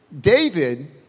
David